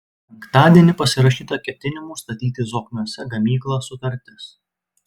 penktadienį pasirašyta ketinimų statyti zokniuose gamyklą sutartis